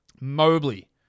Mobley